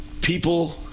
people